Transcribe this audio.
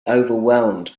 overwhelmed